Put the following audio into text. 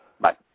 bye